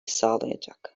sağlayacak